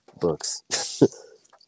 books